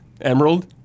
Emerald